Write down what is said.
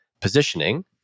positioning